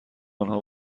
آنها